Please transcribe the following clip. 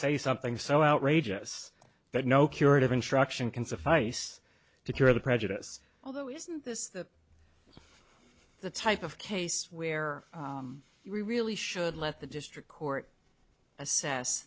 say something so outrageous that no curative instruction can suffice to cure the prejudice although isn't this the the type of case where we really should let the district court assess